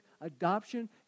adoption